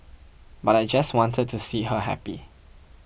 but I just wanted to see her happy